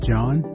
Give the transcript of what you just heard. John